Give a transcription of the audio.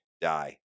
die